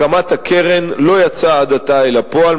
הקמת הקרן לא יצאה עד עתה אל הפועל,